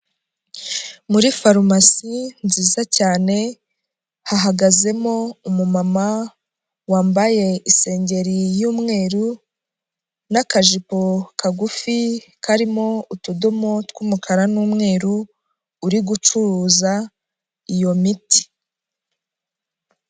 Muri farumasi nziza cyane hahagazemo umumama wambaye isengeri y'umweru n'akajipo kagufi karimo utudomo tw'umukara n'umweru uri gucuruza iyo miti.